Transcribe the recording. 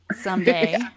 someday